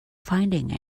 finding